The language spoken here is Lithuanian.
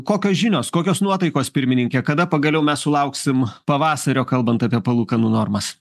kokios žinios kokios nuotaikos pirmininke kada pagaliau mes sulauksim pavasario kalbant apie palūkanų normas